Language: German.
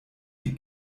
die